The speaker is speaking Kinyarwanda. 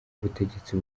ubutegetsi